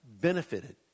benefited